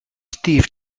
steve